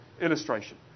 Illustration